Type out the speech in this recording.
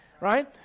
right